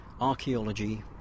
archaeology